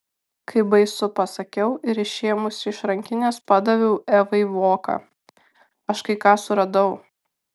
kaip baisu pasakiau ir išėmusi iš rankinės padaviau evai voką aš kai ką suradau